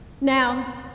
Now